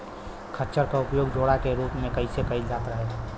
खच्चर क उपयोग जोड़ा के रूप में कैईल जात रहे